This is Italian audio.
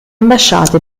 ambasciate